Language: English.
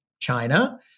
China